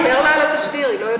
תספר לה על התשדיר, היא לא יודעת.